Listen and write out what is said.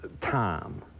time